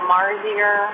Marsier